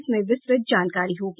इसमें विस्तृत जानकारी होगी